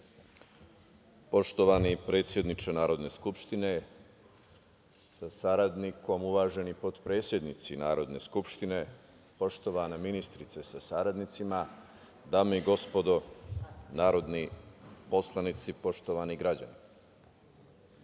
Poštovani predsedniče Narodne skupštine sa saradnikom, uvaženi potpredsednici Narodne skupštine, poštovana ministrice sa saradnicima, dame i gospodo narodni poslanici, poštovani građani,